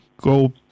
go